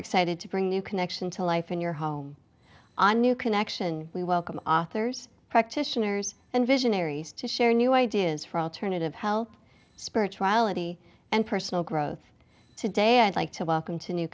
excited to bring new connection to life in your home a new connection we welcome authors practitioners and visionaries to share new ideas for alternative help spirituality and personal growth today i'd like to welcome to new